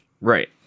right